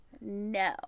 No